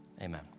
Amen